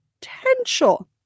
potential